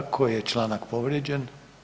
Koji je članak povrijeđen?